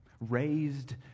raised